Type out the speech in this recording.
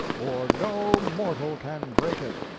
or no mortal can break it.